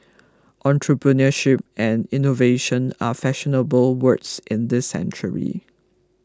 entrepreneurship and innovation are fashionable words in this century